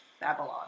Babylon